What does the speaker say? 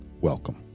welcome